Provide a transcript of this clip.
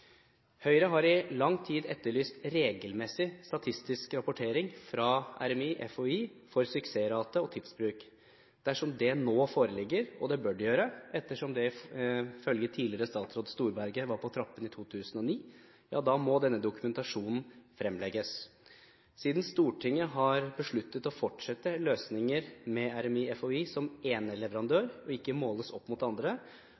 Høyre har i lang tid etterlyst regelmessig statistisk rapportering fra RMI og FHI for suksessrater og tidsbruk. Dersom det nå foreligger – og det bør det gjøre, ettersom dette i følge tidligere statsråd Storberget var på trappene i 2009 – må denne dokumentasjonen fremlegges. Siden Stortinget har besluttet å fortsette løsninger med RMI/FHI som eneleverandør og ikke måles opp mot andre,